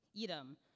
Edom